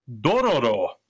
dororo